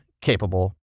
capable